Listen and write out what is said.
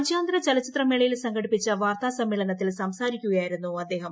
രാജ്യാന്തര ചലച്ചിത്രമേളയിൽ സംഘടിപ്പിച്ച വാർത്താ സമ്മേളനത്തിൽ സംസാരിക്കുകയായിരുന്നു അദ്ദേഹം